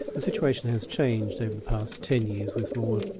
the situation has changed over the past ten years with more,